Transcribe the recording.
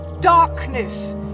darkness